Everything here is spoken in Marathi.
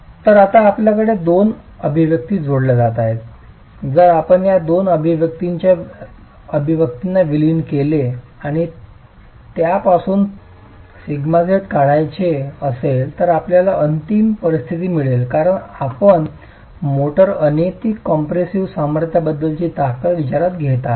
तर आता आपल्याकडे हे दोन अभिव्यक्ती जोडल्या जात आहेत जर आपण या दोन अभिव्यक्त्यांना विलीन केले आणि यापासून σz काढायचे असेल तर आपल्याला अंतिम परिस्थिती मिळेल कारण आपण मोर्टार अनैतिक कॉम्पेशिव्ह सामर्थ्याबद्दलची ताकद विचारात घेत आहात